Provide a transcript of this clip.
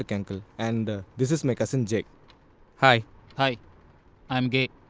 like uncle and this is my cousin, jai hi hi i am gay